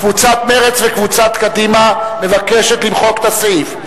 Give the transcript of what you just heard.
קבוצת מרצ וקבוצת קדימה מבקשות למחוק את הסעיף.